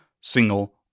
single